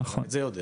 אתה גם את זה יודע.